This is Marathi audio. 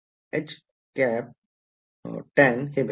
विध्यार्थी सर ते वजा